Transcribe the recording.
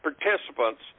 participants